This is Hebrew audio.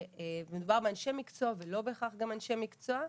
שמדובר באנשי מקצוע ולא בהכרח גם אנשי מקצוע,